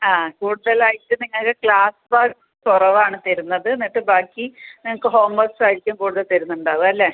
ആ കൂടുതലായിട്ട് നിങ്ങൾക്ക് ക്ലാസ്സ് വർക്ക് കുറവാണ് തരുന്നത് എന്നിട്ട് ബാക്കി നിങ്ങൾക്ക് ഹോം വർക്സ് ആയിരിക്കും കൂടുതൽ തരുന്നുണ്ടാവ അല്ലേ